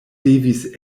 devis